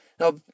Now